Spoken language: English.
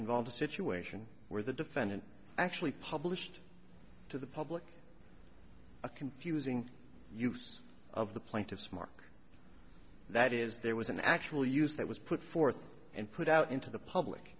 involved a situation where the defendant actually published to the public a confusing use of the plaintiff's mark that is there was an actual use that was put forth and put out into the public